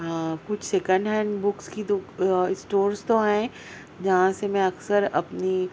کچھ second hand books کی stores تو ہیں جہاں سے میں اکثر اپنی